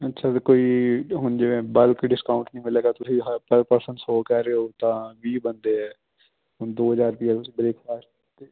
ਅੱਛਾ ਫਿਰ ਕੋਈ ਹੁਣ ਜਿਵੇਂ ਬਲਕ ਡਿਸਕਾਊਂਟ ਨਹੀਂ ਮਿਲੇਗਾ ਤੁਸੀਂ ਹਰ ਪਰ ਪਰਸਨ ਸੌ ਕਹਿ ਰਹੇ ਹੋ ਤਾਂ ਵੀਹ ਬੰਦੇ ਹੈ ਹੁਣ ਦੋ ਹਜ਼ਾਰ ਰੁਪਇਆ ਤੁਸੀਂ ਬ੍ਰੇਕਫਾਸਟ ਅਤੇ